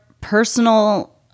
personal